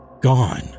gone